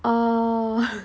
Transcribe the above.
orh